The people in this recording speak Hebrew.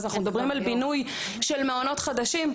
אז אנחנו מדברים על בינוי של מעונות חדשים,